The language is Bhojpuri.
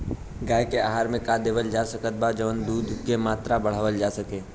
गाय के आहार मे का देवल जा सकत बा जवन से दूध के मात्रा बढ़ावल जा सके?